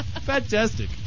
Fantastic